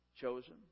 chosen